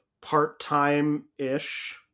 part-time-ish